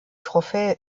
trophäe